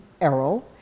Errol